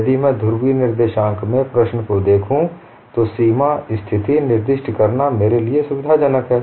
यदि मैं ध्रुवीय निर्देशांक में प्रश्न को देखूं तो सीमा स्थिति निर्दिष्ट करना मेरे लिए सुविधाजनक है